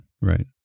right